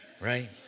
Right